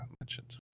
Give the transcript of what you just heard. mentioned